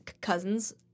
cousins